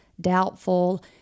doubtful